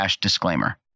disclaimer